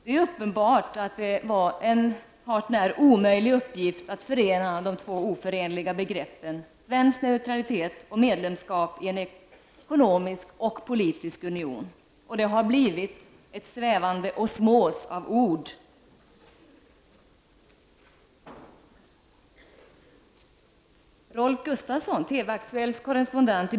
Det är uppenbart att det var en hart när omöjlig uppgift att förena de två oförenliga begreppen svensk neutralitet och svenskt medlemskap i en ekonomisk och politisk union. Det har blivit en svävande osmos av ord.